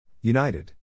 United